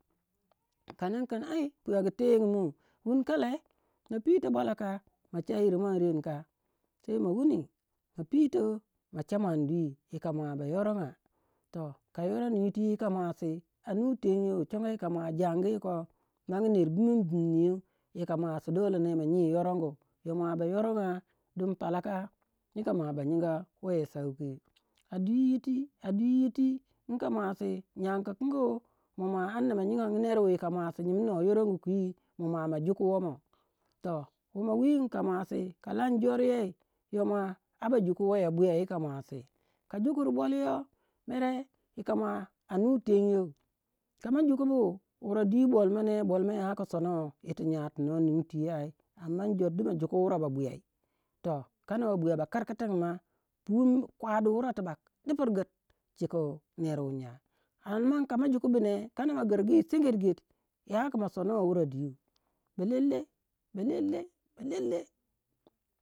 Kanin kin ai puyagi tengu wuni ka lei ma pito bwalau ka ma choyir muan ren ka sei ma wuni ma pito, ma cha muondi yika mau ma ba yoronga toh koyoron yiti yika muasi a nu tenyou chongo yika mua jangi koh magu ner biminbiminyou yika muasi tagi ma nyi yorongu, yo mua ba yorongu digin palaka yika mua ba nyigan woyou sauki, a dwi yiti inka muasi nyan kikangu mua ma amna mo mua ma nyinga nerwu yika muasi nyimnou yorongoku kwi mua ma ma juku womoh, toh womoh wi inko muasi ka lan joryei yo mua ara ba juku woyou buya yiko muasi ka jukuri bolyo mere yika mua yoma a nyu tenyou kama jukubu wure di bolmo ne bolmo ya ki sonnou son yiri ti nyai ti no nin twi, ai anda jor du ma juku wurei babuyai toh ka na babuya bakirkitin ma pu kwadi wure tibak chika nerwu nya ka ma jukubu ne kana ma girgi ya ki masomo wurei di belele belele belele